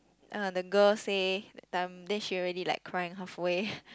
uh the girl say that time then she already like crying halfway